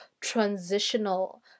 transitional